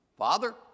Father